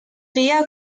guía